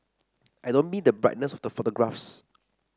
I don't mean the brightness of the photographs